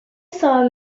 saw